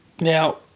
Now